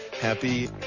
Happy